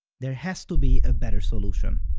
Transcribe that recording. there has to be a better solution.